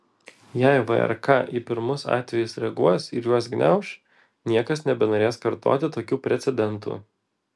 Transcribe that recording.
jei vrk į pirmus atvejus reaguos ir juos gniauš niekas nebenorės kartoti tokių precedentų